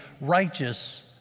righteous